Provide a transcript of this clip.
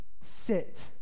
sit